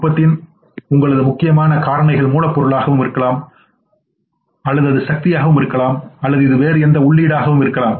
உற்பத்தியின் உங்களது முக்கியமான காரணிகள்மூலப்பொருளாகவும் இருக்கலாம் அது சக்தியாகவும் இருக்கலாம் இது வேறு எந்த உள்ளீடாகவும் இருக்கலாம்